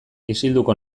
isilduko